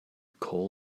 call